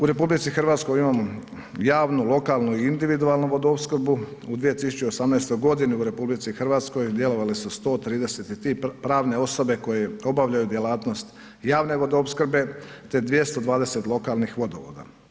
U RH imamo javnu, lokalnu i individualnu vodoopskrbu, u 2018. u RH djelovale su 133 pravne osobe koje obavljaju djelatnost javne vodoopskrbe te 220 lokalnih vodovoda.